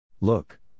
Look